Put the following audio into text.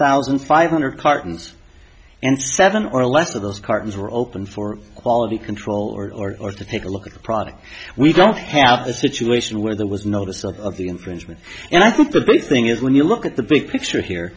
thousand five hundred cartons and seven or less of those cartons were open for quality control or to take a look at the product we don't have a situation where there was notice of the infringement and i think the big thing is when you look at the big picture here